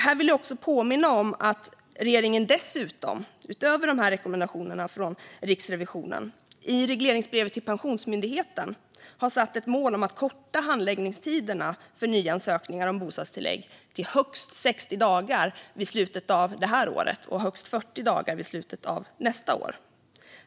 Jag vill också påminna om att regeringen dessutom, utöver rekommendationerna från Riksrevisionen, i regleringsbrevet till Pensionsmyndigheten har satt ett mål om att korta handläggningstiderna för nyansökningar om bostadstillägg till högst 60 dagar vid slutet av det här året och högst 40 dagar vid slutet av nästa år.